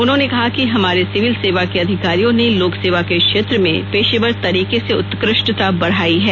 उन्होंने कहा कि हमारे सिविल सेवा के अधिकारियों ने लोकसेवा के क्षेत्र में पेशेवर तरीके से उत्कृष्टता बढाई है